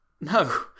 No